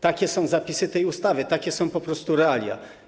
Takie są zapisy tej ustawy, takie są po prostu realia.